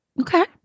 Okay